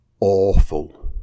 awful